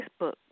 Facebook